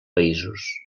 països